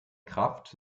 kraft